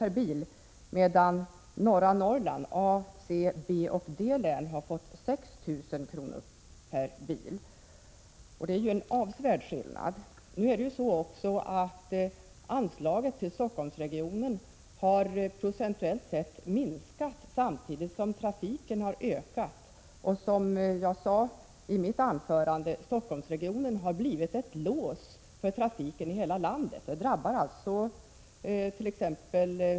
per bil, medan norra Norrland —- AC och BD-län — har fått 6 000 kr. per bil. Det är en avsevärd skillnad. Anslaget till Stockholmsregionen har procentuellt sett minskat samtidigt som trafiken har ökat, och som jag sade i mitt tidigare anförande har Stockholmsregionen blivit ett lås för trafiken i hela landet. Det drabbart.ex.